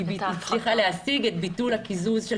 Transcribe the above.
היא הצליחה להשיג את ביטול הקיזוז של